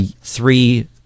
three